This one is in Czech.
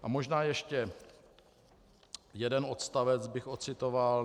A možná ještě jeden odstavec bych odcitoval.